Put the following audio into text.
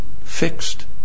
fixed